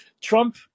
Trump